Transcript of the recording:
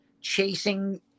chasing